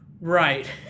Right